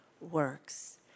works